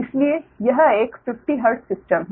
इसलिए यह एक 50 हर्ट्ज सिस्टम है